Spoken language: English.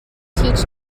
teach